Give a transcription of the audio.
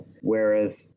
whereas